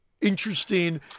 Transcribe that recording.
interesting